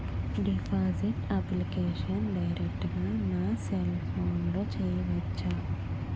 Deposit application direct గా నా cell ఫోన్లో చెయ్యచా?